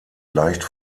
leicht